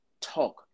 talk